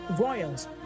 royals